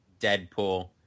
Deadpool